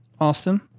Austin